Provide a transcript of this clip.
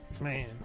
Man